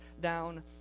down